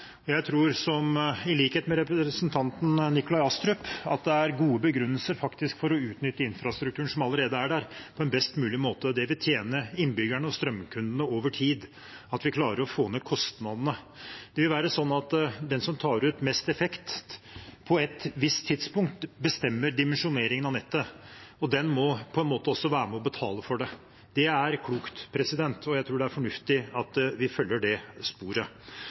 prinsippet. Jeg tror, i likhet med representanten Nikolai Astrup, at det er gode begrunnelser for å utnytte infrastrukturen som allerede er der, på en best mulig måte. Det vil tjene innbyggerne og strømkundene over tid at vi klarer å få ned kostnadene. Det vil være sånn at den som tar ut mest effekt på et visst tidspunkt, bestemmer dimensjoneringen av nettet, og den må på en måte også være med og betale for det. Det er klokt, og jeg tror det er fornuftig at vi følger det sporet.